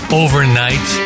overnight